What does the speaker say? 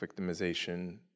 victimization